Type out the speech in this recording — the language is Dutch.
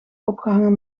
opgehangen